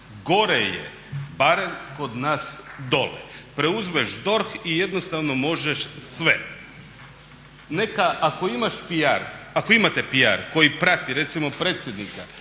gore je, barem kod nas dolje. Preuzmeš DORH i jednostavno možeš sve. Ako imate PR koji prati recimo predsjednika